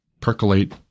percolate